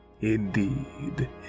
Indeed